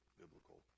biblical